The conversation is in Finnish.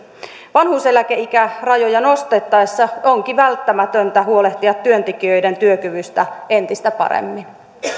vanhuuseläkeikärajoja nostettaessa onkin välttämätöntä huolehtia työntekijöiden työkyvystä entistä paremmin